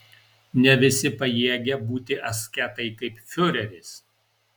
ne visi pajėgia būti asketai kaip fiureris